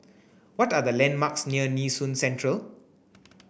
what are the landmarks near Nee Soon Central